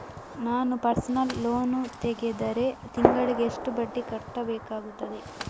ನಾನು personal loan ತೆಗೆದರೆ ತಿಂಗಳಿಗೆ ಎಷ್ಟು ಬಡ್ಡಿ ಕಟ್ಟಬೇಕಾಗುತ್ತದೆ?